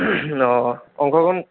অঁ অংশগ্ৰহণ